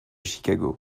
chicago